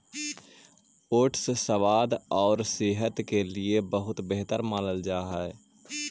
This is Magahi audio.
ओट्स स्वाद और सेहत के लिए बहुत बेहतर मानल जा हई